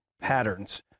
patterns